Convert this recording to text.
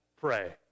pray